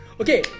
Okay